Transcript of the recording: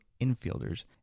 infielders